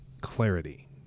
clarity